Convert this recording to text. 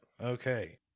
Okay